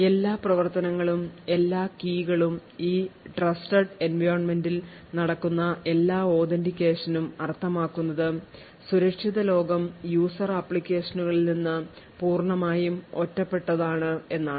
എല്ലാ പ്രവർത്തനങ്ങളും എല്ലാ കീകളും ഈ ട്രസ്റ്റഡ് environment ൽ നടക്കുന്ന എല്ലാ authentication നും അർത്ഥമാക്കുന്നത് സുരക്ഷിത ലോകം യൂസർ ആപ്ലിക്കേഷനുകളിൽ നിന്ന് പൂർണ്ണമായും ഒറ്റപെട്ടതാണ് എന്നാണ്